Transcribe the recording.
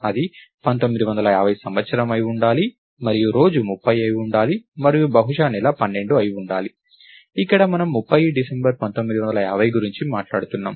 అది 1950 సంవత్సరం అయి ఉండాలి మరియు రోజు 30 అయి ఉండాలి మరియు బహుశా నెల 12 అయి ఉండాలి ఇక్కడ మనం 30 డిసెంబర్ 1950 గురించి మాట్లాడుతున్నాం